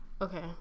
Okay